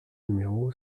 numéro